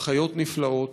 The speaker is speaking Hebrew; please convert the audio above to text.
הם חיות נפלאות,